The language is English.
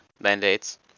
mandates